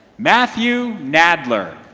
matthew nadler.